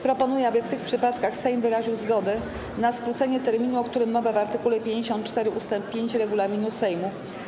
Proponuję, aby w tych przypadkach Sejm wyraził zgodę na skrócenie terminu, o którym mowa w art. 54 ust. 5 regulaminu Sejmu.